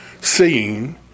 seeing